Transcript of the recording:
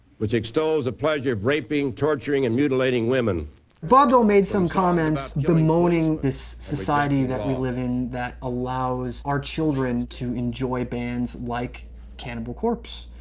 which extols the pleasure of raping, torturing, and mutilating women. albert bob dole made some comments bemoaning this society that we live in that allows our children to enjoy bands like cannibal corpse,